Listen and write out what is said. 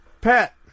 Pat